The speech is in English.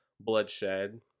bloodshed